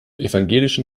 evangelischen